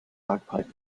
bagpipe